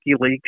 WikiLeaks